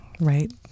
right